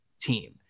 team